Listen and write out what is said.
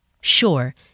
Sure